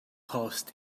post